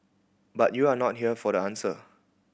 but you're not here for the answer